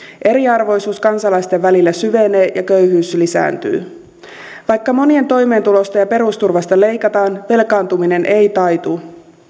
eriarvoisuus kansalaisten välillä syvenee ja köyhyys lisääntyy vaikka monien toimeentulosta ja perusturvasta leikataan velkaantuminen ei taitu